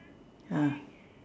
ya